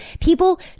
people